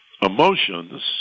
emotions